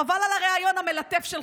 חבל על הריאיון המלטף שלך,